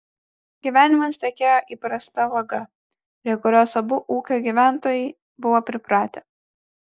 gyvenimas tekėjo įprasta vaga prie kurios abu ūkio gyventojai buvo pripratę